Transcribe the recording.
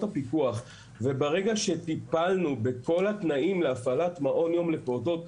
הפיקוח וברגע שטיפלנו בכל התנאים להפעלת מעון יום לפעוטות,